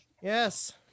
Yes